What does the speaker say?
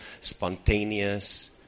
spontaneous